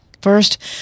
First